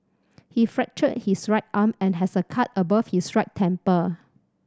he fractured his right arm and has a cut above his right temple